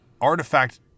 artifact